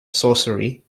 sorcery